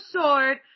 sword